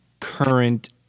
Current